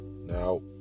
Now